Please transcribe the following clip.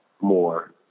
more